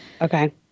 Okay